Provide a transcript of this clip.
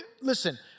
Listen